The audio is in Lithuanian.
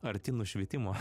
arti nušvitimo